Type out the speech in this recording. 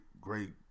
great